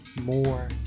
more